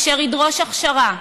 אשר ידרוש הכשרה,